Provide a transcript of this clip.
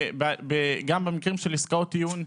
גם במקרים של עסקאות טיעון,